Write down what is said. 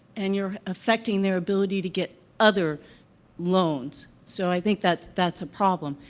and you're affecting their ability to get other loans. so, i think that's that's a problem.